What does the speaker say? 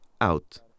out